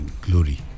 glory